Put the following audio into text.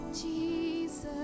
Jesus